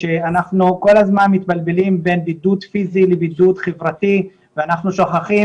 אנחנו כל הזמן מתבלבלים בין בידוד פיזי לבידוד חברתי ואנחנו שוכחים